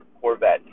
Corvette